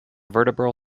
vertebral